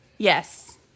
Yes